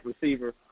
receiver